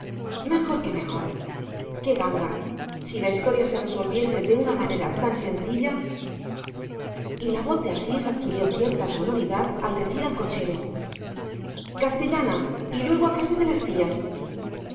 mejor que mejor qué ganga si la historia se resolviese de una manera tan sencilla y la voz de asís adquirió cierta sonoridad al decir al cochero castellana y luego a casa de las tías